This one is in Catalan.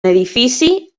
edifici